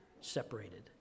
separated